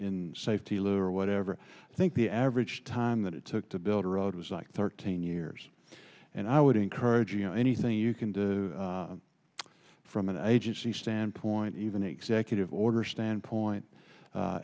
in safety lou or whatever i think the average time that it took to build a road was like thirteen years and i would encourage you know anything you can do from an agency standpoint even an executive order standpoint